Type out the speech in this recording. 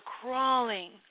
crawling